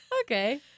okay